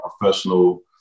professional